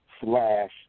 slash